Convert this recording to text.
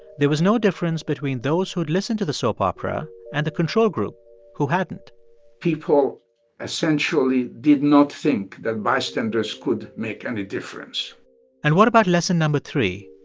there was no difference between those who had listened to the soap opera and the control group who hadn't people essentially did not think that bystanders would make any difference and what about lesson no. three,